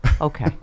Okay